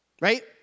right